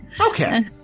Okay